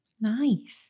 nice